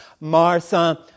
Martha